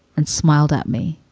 and smiled at me